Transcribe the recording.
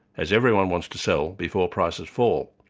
as everyone wants to sell before prices fall.